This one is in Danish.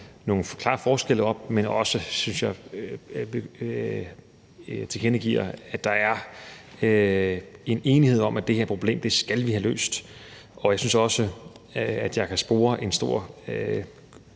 nogle klare forskelle op, men også tilkendegiver, at der er en enighed om, at det her problem skal vi have løst. Jeg synes også, at jeg kan spore en stor